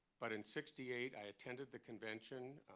but in sixty eight i attended the convention.